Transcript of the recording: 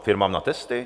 Firmám na testy?